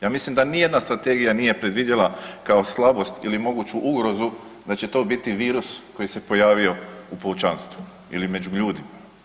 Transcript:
Ja mislim da ni jedna Strategija nije predvidjela kao slabost ili moguću ugrozu da će to biti virus koji se pojavio u pučanstvu ili među ljudima.